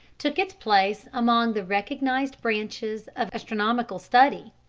took its place among the recognized branches of astronomical study.